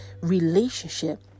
relationship